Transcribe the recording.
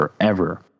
forever